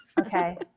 Okay